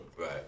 Right